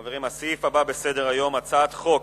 חברים, הסעיף הבא בסדר-היום: הצעת חוק